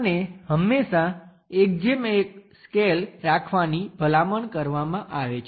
અને હંમેશા 1 1 સ્કેલ રાખવાની ભલામણ કરવામાં આવે છે